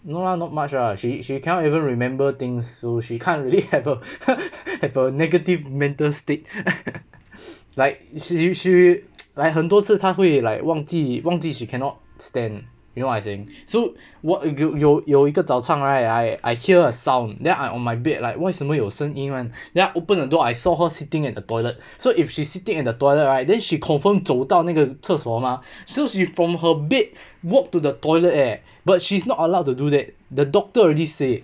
no lah not much lah she she cannot even remember things so she can't really have a have a negative mental state like she she like 很多次他会 like 忘记忘记 she you cannot stand you know what I say so !wah! 有有有一个早上 right I I hear a sound then I on my bed like 为什么有声音 [one] then I open the door I saw her sitting at the toilet so if she sitting at the toilet right then she confirmed 走到那个厕所 mah so she from her bed walk to the toilet eh but she's not allowed to do that the doctor already say